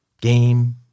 game